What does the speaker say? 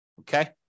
Okay